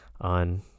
On